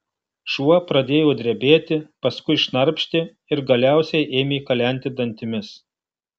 šuo pradėjo drebėti paskui šnarpšti ir galiausiai ėmė kalenti dantimis